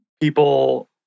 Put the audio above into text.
people